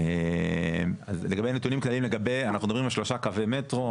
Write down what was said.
אנחנו מדברים על שלושה קווי מטרו,